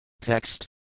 Text